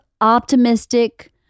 optimistic